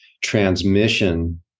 transmission